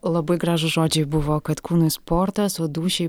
labai gražūs žodžiai buvo kad kūnui sportas o dūšiai